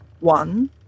One